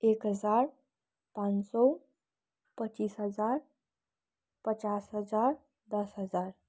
एक हजार पाँच सय पच्चिस हजार पचास हजार दस हजार